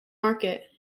market